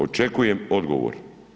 Očekujem odgovor.